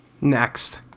Next